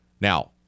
Now